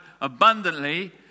abundantly